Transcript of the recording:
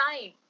time